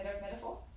metaphor